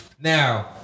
now